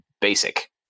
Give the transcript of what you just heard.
basic